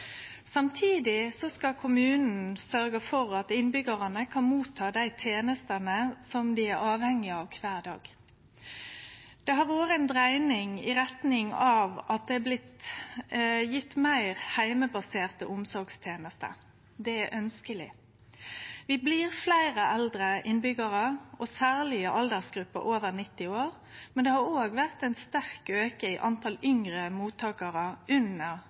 Samtidig skal kommunen sørgje for at innbyggjarane kan få dei tenestene dei er avhengige av kvar dag. Det har vore ei dreiing i retning av at det har blitt gjeve meir heimebaserte omsorgstenester. Det er ønskeleg. Vi blir fleire eldre innbyggjarar, særleg i aldersgruppa over 90 år, men det har òg vore ei sterk auke i talet på unge mottakarar, under